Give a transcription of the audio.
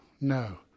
no